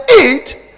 eat